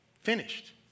Finished